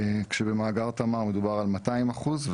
כשבמאגר תמר מדובר על 200 אחוז,